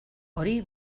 hori